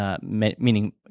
meaning